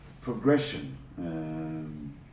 Progression